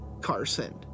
carson